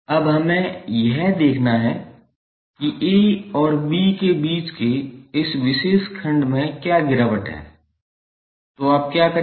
अब हमें यह देखना है कि A और B के बीच के इस विशेष खंड में क्या गिरावट है तो आप क्या करेंगे